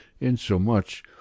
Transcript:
insomuch